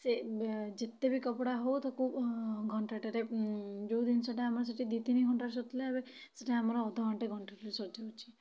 ସେ ଯେତେ ବି କପଡ଼ା ହଉ ତାକୁ ଘଣ୍ଟାଟରେ ଯେଉଁ ଜିନିଷଟା ଆମର ସେଠି ଦୁଇ ତିନି ଘଣ୍ଟାରେ ସରୁଥିଲା ଏବେ ସେଟା ଆମର ଅଧଘଣ୍ଟେ ଘଣ୍ଟାଟରେ ସରିଯାଉଛି